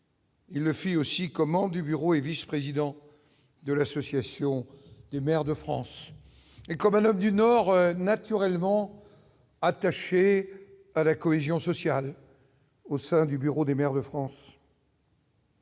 Il le fit aussi comment du bureau et vice-président de l'Association des maires de France et comme un homme du Nord naturellement attachés à la cohésion sociale. Au sein du bureau des maires de France.